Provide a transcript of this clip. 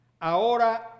ahora